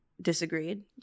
disagreed